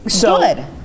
Good